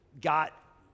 got